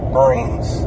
brains